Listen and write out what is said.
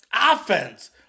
offense